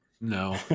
No